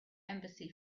embassy